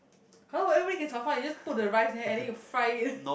hello every week is our fault you just put the rice then I think you fry it